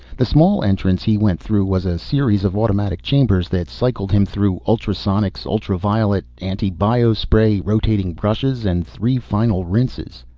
the small entrance he went through was a series of automatic chambers that cycled him through ultrasonics, ultraviolet, antibio spray, rotating brushes and three final rinses.